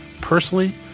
personally